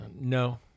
No